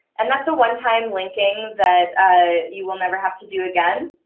and that's a one-time linking that you will never have to do again.